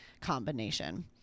combination